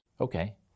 Okay